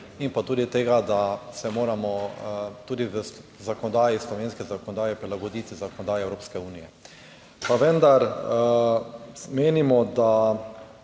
in pa tudi tega, da se moramo tudi v zakonodaji slovenske zakonodaje prilagoditi zakonodaje Evropske unije. Pa vendar menimo, da